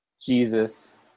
Jesus